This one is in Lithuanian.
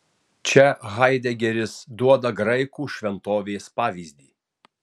čia haidegeris duoda graikų šventovės pavyzdį